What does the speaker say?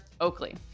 Oakley